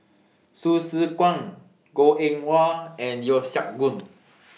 Hsu Tse Kwang Goh Eng Wah and Yeo Siak Goon